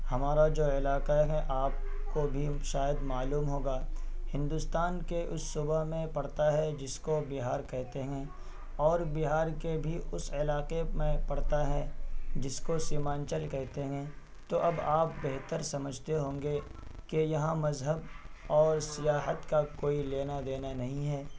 ہمارا جو علاقہ ہے آپ کو بھی شاید معلوم ہوگا ہندوستان کے اس صوبہ میں پڑتا ہے جس کو بہار کہتے ہیں اور بہار کے بھی اس علاقے میں پڑتا ہے جس کو سیمانچل کہتے ہیں تو اب آپ بہتر سمجھتے ہوں گے کہ یہاں مذہب اور سیاحت کا کوئی لینا دینا نہیں ہے